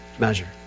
measure